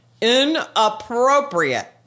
inappropriate